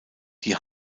die